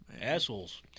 Assholes